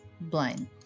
blind